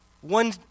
one